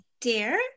dear